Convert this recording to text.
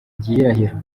gihirahiro